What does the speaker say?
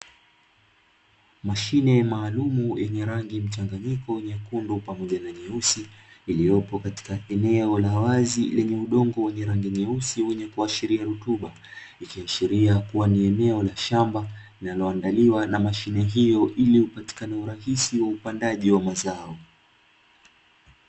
Mashine maalum yenye rangi mchanganyiko, nyekundu pamoja na nyeusi, iliyopo katika eneo la wazi lenye udongo wenye rangi nyeusi wenye kuashiria rutuba, ikiashiria kuwa ni eneo la shamba linaloandaliwa na mashine hiyo ili upatikana urahisi wa upandaji wa mazao.